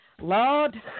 Lord